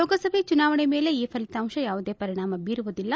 ಲೋಕಸಭೆ ಚುನಾವಣೆ ಮೇಲೆ ಈ ಫಲಿತಾಂಶ ಯಾವುದೇ ಪರಿಣಾಮ ಬೀರುವುದಿಲ್ಲ